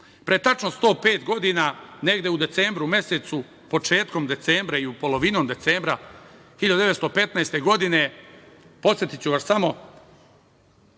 tačno 105 godina, negde u decembru mesecu, početkom i polovinom decembra 1915. godine, podsetiću vas samo,